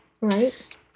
Right